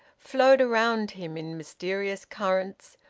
flowed around him in mysterious currents,